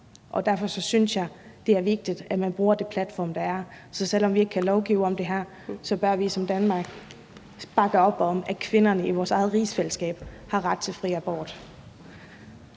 og derfor synes jeg, det er vigtigt, at man bruger de platforme, der er. Så selv om vi ikke kan lovgive om det her, bør vi i Danmark bakke op om, at kvinderne i vores eget rigsfællesskab har ret til fri abort.